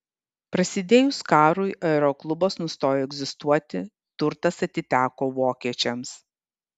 prasidėjus karui aeroklubas nustojo egzistuoti turtas atiteko vokiečiams